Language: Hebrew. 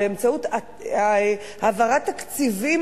באמצעות העברת תקציבים